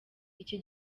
iki